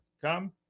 come